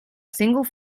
single